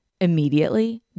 immediately